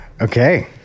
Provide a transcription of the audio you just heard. okay